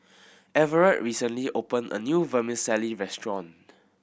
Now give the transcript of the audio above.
Everet recently opened a new Vermicelli restaurant